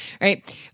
right